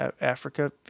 Africa